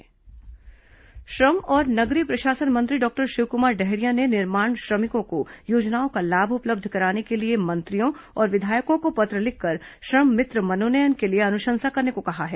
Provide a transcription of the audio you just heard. श्रम मित्र मनोनयन श्रम और नगरीय प्रशासन मंत्री डॉक्टर शिवकुमार डहरिया ने निर्माण श्रमिकों को योजनाओं का लाभ उपलब्ध कराने के लिए मंत्रियों और विधायकों को पत्र लिखकर श्रम मित्र मनोनयन के लिए अनुशंसा करने को कहा है